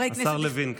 השר לוין כאן.